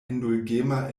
indulgema